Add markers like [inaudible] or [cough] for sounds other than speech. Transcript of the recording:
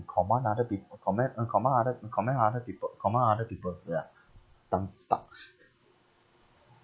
command other peop~ commend uh command other uh commend other people command other people [noise] tongue stuck [laughs]